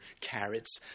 carrots